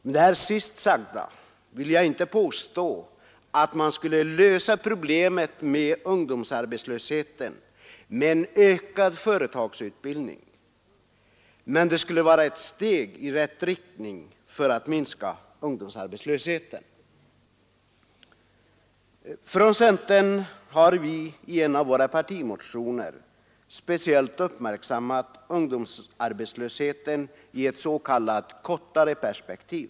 Med det senast sagda vill jag inte påstå att man skulle lösa problemet med ungdomsarbetslösheten genom ökad företagsutbildning. Men det skulle vara ett steg i rätt riktning för att minska ungdomsarbetslösheten. Från centern har vi i en av våra partimotioner speciellt uppmärksammat ungdomsarbetslösheten i ett s.k. kortare perspektiv.